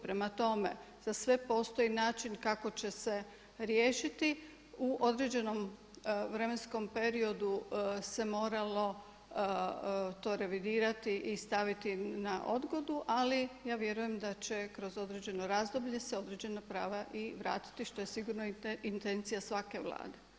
Prema tome, za sve postoji način kako će se riješiti u određenom vremenskom periodu se moralo to revidirati i staviti na odgodu ali ja vjerujem da će kroz određeno razdoblje se određena prava i vratiti što je sigurno i intencija svake Vlade.